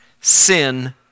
sin